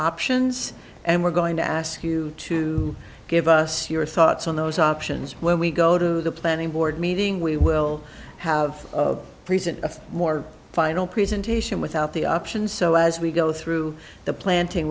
options and we're going to ask you to give us your thoughts on those options when we go to the planning board meeting we will have of present a more final presentation without the options so as we go through the planting